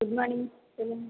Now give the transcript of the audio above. good morning சொல்லுங்கள்